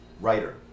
writer